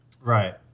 right